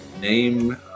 name